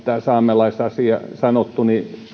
saamelaisasia sanottu